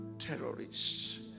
Terrorists